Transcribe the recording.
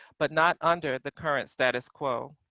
but not under the current status quo.